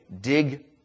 dig